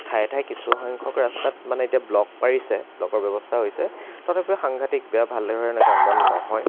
ঠায়ে ঠায়ে কিছু সংখ্য়ক ৰাস্তাত মানে এতিয়া ব্লক পাৰিছে ব্লকৰ ব্যৱস্থা হৈছে তথাপিও সাংঘাতিক বেয়া ভালদৰে এনেকা কাম বন নহয়